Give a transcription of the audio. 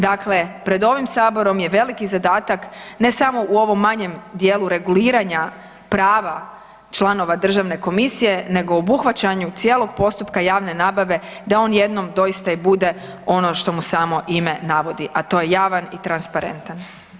Dakle, pred ovim saborom je veliki zadatak ne samo u ovom manjem dijelu reguliranja prava članova državne komisije nego u obuhvaćanju cijelog postupka javne nabave da on jednom doista i bude ono što mu samo ime navodi, a to je javan i transparentan.